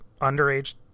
underage